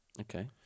Okay